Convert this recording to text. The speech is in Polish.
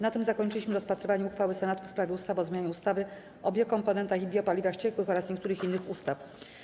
Na tym zakończyliśmy rozpatrywanie uchwały Senatu w sprawie ustawy o zmianie ustawy o biokomponentach i biopaliwach ciekłych oraz niektórych innych ustaw.